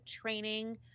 training